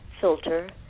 filter